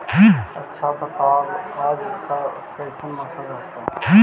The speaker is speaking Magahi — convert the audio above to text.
आच्छा बताब आज कैसन मौसम रहतैय?